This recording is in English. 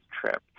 trip